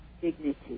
dignity